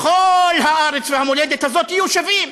בכל הארץ והמולדת הזאת יהיו שווים,